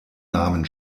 namen